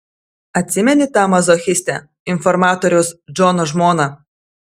atsimeni tą mazochistę informatoriaus džono žmoną